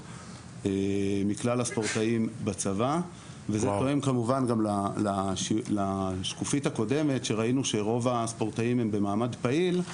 זה תואם גם לשקופית הקודמת שראינו שרוב הספורטאים הם במעמד פעיל.